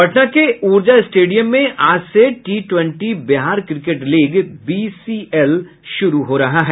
पटना के ऊर्जा स्टेडियम में आज से T twenty Bihar cricket league BCL शुरू हो रहा है